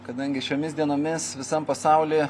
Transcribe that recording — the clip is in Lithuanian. kadangi šiomis dienomis visam pasauly